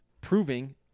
proving